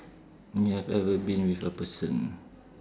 you have ever been with a person